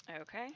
Okay